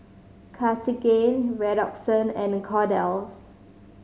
Cartigain Redoxon and Kordel's